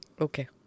Okay